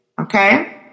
Okay